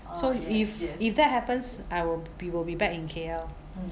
so if if that happens I will be will be back in K_L